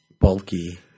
bulky